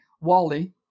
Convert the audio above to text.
Wally